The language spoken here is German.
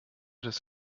das